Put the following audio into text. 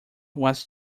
was